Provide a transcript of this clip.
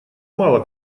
мало